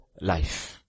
life